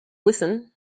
listen